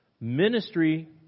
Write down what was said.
Ministry